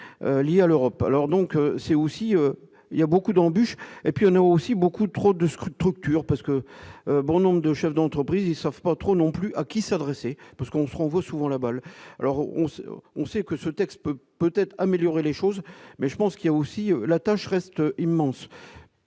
liés à l'Europe, alors donc c'est aussi il y a beaucoup d'embûches et puis on a aussi beaucoup de trop de scrute rupture parce que bon nombre de chefs d'entreprises ils savent pas trop non plus à qui s'adresser, parce qu'on vaut souvent la balle alors on, on, on sait que ce texte peut peut-être améliorer les choses, mais je pense qu'il y a aussi la tâche reste immense